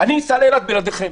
אני אסע לאילת בלעדיכם.